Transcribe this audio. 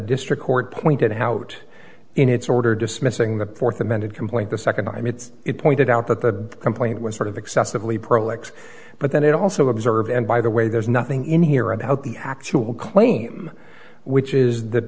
district court pointed out in its order dismissing the fourth amended complaint the second time it's it pointed out that the complaint was sort of excessively prolix but then it also observed and by the way there's nothing in here about the actual claim which is th